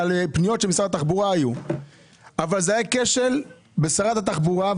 היה כשל עם שרת התחבורה.